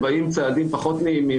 בהתאם לסעיף 84(ב)